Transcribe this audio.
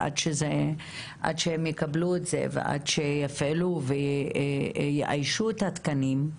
עד שהם יקבלו את זה ועד שיפעלו ויאיישו את התקנים.